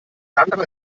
sandra